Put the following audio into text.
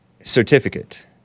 certificate